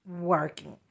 working